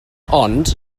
ond